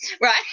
right